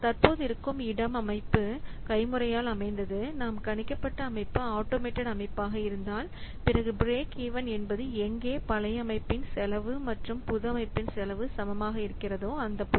தற்போது இருக்கும் இடம் அமைப்பு கை முறையால் அமைந்தது நாம் கணிக்கப்பட்ட அமைப்பு ஆட்டோமேட்டட் அமைப்பாக இருந்தால் பிறகு பிரேக் ஈவன் என்பது எங்கே பழைய அமைப்பின் செலவு மற்றும் புது அமைப்பின் செலவு சமமாக இருக்கிறதோ அந்தப் புள்ளி